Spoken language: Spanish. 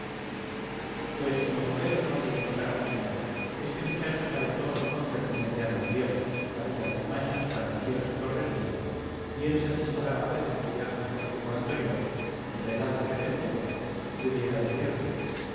pues como tuve el honor de indicar a usía este muchacho sabe todo lo concerniente a don diego a sus artimañas trapicheos y correrías y él satisfará a vuecencia mejor que cuanto yo relata referendo pudiera decirle